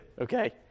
Okay